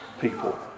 people